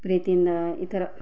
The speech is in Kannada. ಪ್ರೀತಿಯಿಂದ ಈ ಥರ